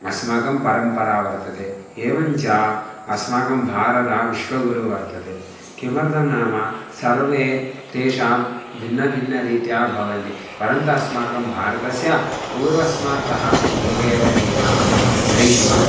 अस्माकं परम्परा वर्तते एवं अस्माकं भारतं विश्वगुरुः वर्तते किमर्तं नाम सर्वे तेषां भिन्नभिन्नरीत्या भवन्ति परन्तु अस्माकं भारतस्य पूर्वस्मात् एका एव नीतिः रीतिः